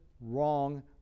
wrong